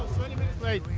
twenty minutes late?